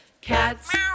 Cats